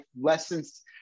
lessons